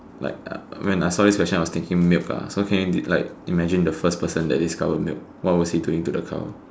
like uh when I saw this question I was thinking milk ah so can you like imagine the first person that discovered milk what was he doing to the cow